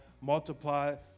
Multiply